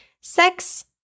Sex